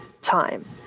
time